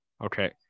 Okay